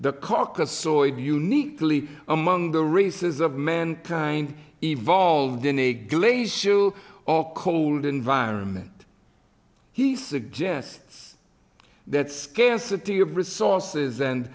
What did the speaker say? the caucasoid uniquely among the races of mankind evolved in the glaze shoe or cold environment he suggests that scarcity of resources and